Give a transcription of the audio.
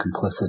complicit